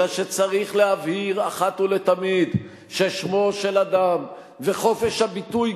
אלא שצריך להבהיר אחת ולתמיד ששמו של אדם וחופש הביטוי,